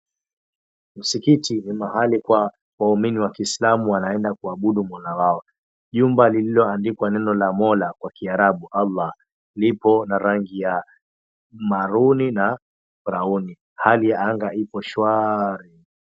Msikiti ni mahali kwa waumini wa kiislamu wanaenda kuabudu mola wao. Jumba lililoandikwa neno la mola kwa kiarabu 'Allah' lipo na rangi ya maroon na brown . Hali ya anga ipo shwari.